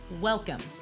Welcome